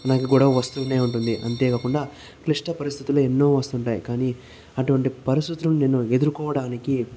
నాకు గొడవ వస్తూనే ఉంటుంది అంతేకాకుండా క్లిష్ట పరిస్థితులు ఎన్నో వస్తుంటాయి కానీ అటువంటి పరిస్థితులు నేను ఎదుర్కోవడానికి